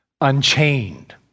Unchained